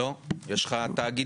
לא, יש לך תאגידי.